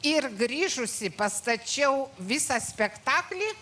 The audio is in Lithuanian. ir grįžusi pastačiau visą spektaklį